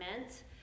meant